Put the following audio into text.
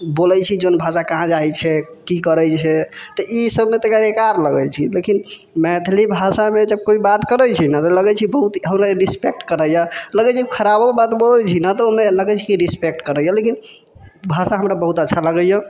बोलै छी जौन भाषा कहाँ जाइ छै कि करै छै तऽ ईसभमे एकार लगै छी लेकिन मैथिली भाषामे जब कोइ बात करै छै न तऽ लगै छै बहुत हमनिके रिस्पेक्ट करैया लगै छै खराबो बात बोलै छै न तऽ लगै छै कि रिस्पेक्ट करैया लेकिन भाषा हमरा बहुत अच्छा लगैया